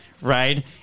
right